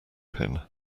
pin